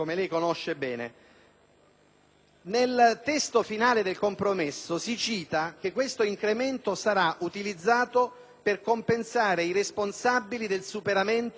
Nel testo finale del compromesso si afferma che tale incremento sarà utilizzato per compensare i responsabili del superamento del *plafond* nazionale.